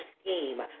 scheme